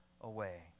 away